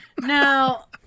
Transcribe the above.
Now